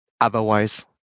otherwise